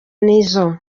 nizo